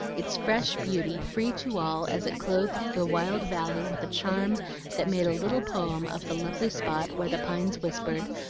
its fresh beauty free to all as it clothed the wild valley with a charm that made a little poem of the lovely spot where the pines whispered,